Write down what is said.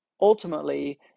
ultimately